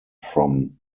from